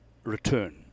Return